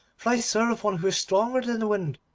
for i serve one who is stronger than the wind,